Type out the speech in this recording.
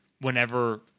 whenever